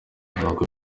nubwo